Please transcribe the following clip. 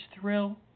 thrill